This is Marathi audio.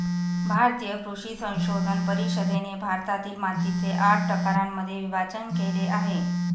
भारतीय कृषी संशोधन परिषदेने भारतातील मातीचे आठ प्रकारांमध्ये विभाजण केले आहे